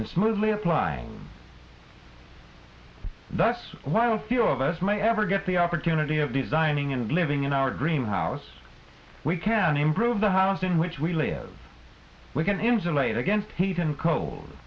and smoothly applying that's while few of us may ever get the opportunity of designing and living in our dream house we can improve the house in which we live we can insulate against heat and cold